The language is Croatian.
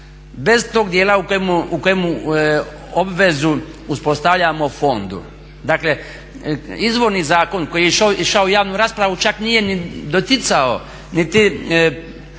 bez tog dijela u kojemu obvezu uspostavljamo fondu. Dakle, izvorni zakon koji je išao u javnu raspravu čak nije ni doticao niti